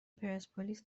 پرسپولیس